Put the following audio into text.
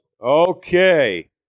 Okay